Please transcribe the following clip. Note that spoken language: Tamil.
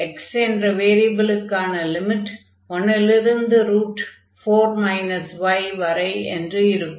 x என்ற வேரியபிலுக்கான லிமிட் 1 லிருந்து 4 y வரை என்று இருக்கும்